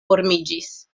formiĝis